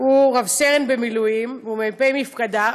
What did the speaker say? הוא רב-סרן במילואים והוא מ"פ מפקדה,